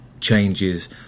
changes